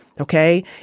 Okay